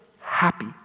happy